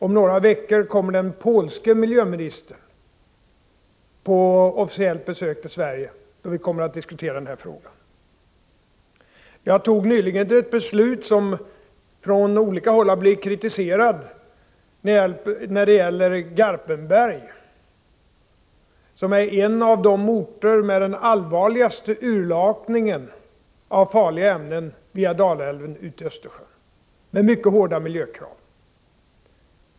Om några veckor kommer den polske miljöministern på officiellt besök i Sverige, då vi kommer att diskutera den här frågan. Jag tog nyligen ett beslut, som från olika håll har blivit kritiserat. Det gällde Garpenberg, som är en av de orter som har den allvarligaste urlakningen av farliga ämnen via Dalälven ut i Östersjön. Det innehöll mycket hårda miljökrav.